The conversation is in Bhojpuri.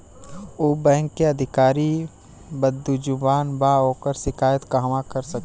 उ बैंक के अधिकारी बद्जुबान बा ओकर शिकायत कहवाँ कर सकी ले